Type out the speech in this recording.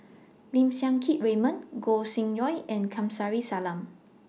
Lim Siang Keat Raymond Gog Sing Hooi and Kamsari Salam